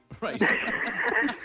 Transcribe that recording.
Right